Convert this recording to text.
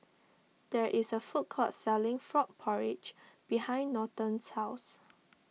there is a food court selling Frog Porridge behind Norton's house